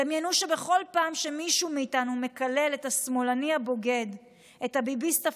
דמיינו שבכל פעם שמישהו מאיתנו מקלל את השמאלני 'בוגד' את הביביסט,